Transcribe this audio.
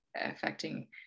affecting